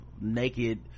naked